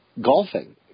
golfing